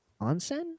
onsen